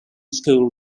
school